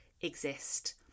exist